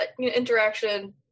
interaction